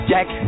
Jack